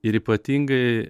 ir ypatingai